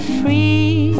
free